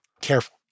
careful